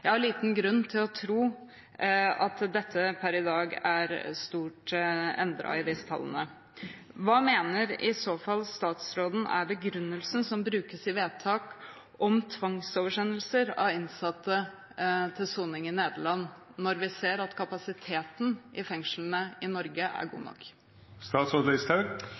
Jeg har liten grunn til å tro at det per i dag er stor endring i disse tallene. Hva mener statsråden i så fall er begrunnelsen som brukes i vedtak om tvangsoversendelser av innsatte til soning i Nederland, når vi ser at kapasiteten i fengslene i Norge er god